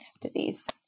disease